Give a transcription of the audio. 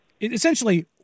essentially